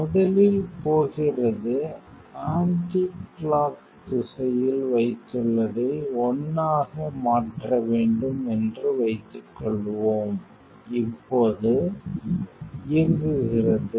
முதலில் போகிறது ஆன்டிகிளாக் திசையில் வைத்துள்ளதை 1 ஆக மாற்ற வேண்டும் என்று வைத்துக்கொள்வோம் இப்போது பார்க்க Ti 3545 இயங்குகிறது